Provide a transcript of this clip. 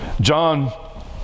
John